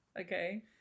Okay